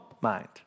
mind